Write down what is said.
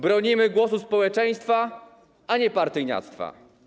Bronimy głosu społeczeństwa, a nie partyjniactwa.